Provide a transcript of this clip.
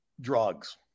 drugs